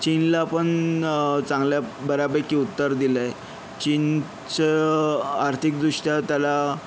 चीनला पण चांगल्या बऱ्यापैकी उत्तर दिलं आहे चीनचं आर्थिकदृष्ट्या त्याला